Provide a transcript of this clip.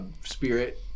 spirit